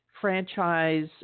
franchise